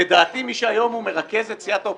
לדעתי, מי שהיום הוא מרכז את סיעת האופוזיציה,